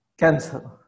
cancer